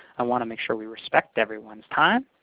i want to make sure we respect everyone's time.